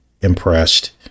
impressed